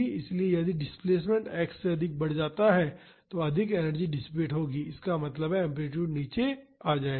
इसलिए यदि displacement x से अधिक बढ़ जाता है तो अधिक एनर्जी डिसिपेट होगी इसका मतलब है एम्पलीटूड नीचे आ जाएगा